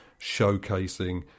showcasing